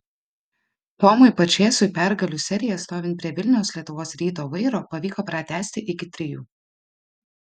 tomui pačėsui pergalių seriją stovint prie vilniaus lietuvos ryto vairo pavyko pratęsti iki trijų